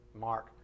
mark